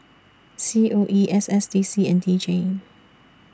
C O E S S D C and D J